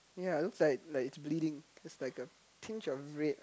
ya looks like like it is bleeding is like a pinch of red